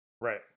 right